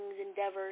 endeavors